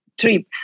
trip